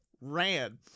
Ran